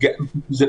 מראש.